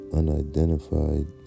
unidentified